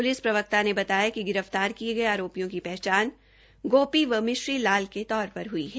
police प्रवक्ता ने बताया कि गिरफ्तार किये गये आरोपियों की पहचान गोपी व मिश्री लाल के तौर पर ह्ई है